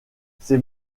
c’est